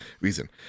reason